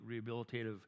rehabilitative